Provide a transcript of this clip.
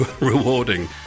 rewarding